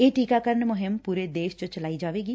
ਇਹ ਟੀਕਾਕਰਨ ਮੁਹਿੰਮ ਪੂਰੇ ਦੇਸ਼ ਚ ਚਲਾਈ ਜਾਵੇਗੀ